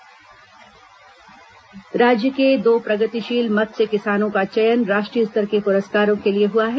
मत्स्य किसान पुरस्कार राज्य के दो प्रगतिशील मत्स्य किसानों का चयन राष्ट्रीय स्तर के पुरस्कारों के लिए हुआ है